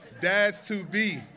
Dads-to-be